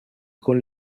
con